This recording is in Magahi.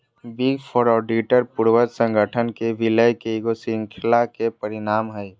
बिग फोर ऑडिटर पूर्वज संगठन के विलय के ईगो श्रृंखला के परिणाम हइ